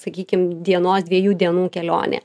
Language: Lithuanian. sakykim dienos dviejų dienų kelionė